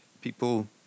people